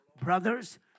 brothers